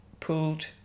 Pulled